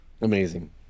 amazing